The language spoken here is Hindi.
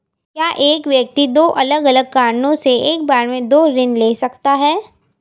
क्या एक व्यक्ति दो अलग अलग कारणों से एक बार में दो ऋण ले सकता है?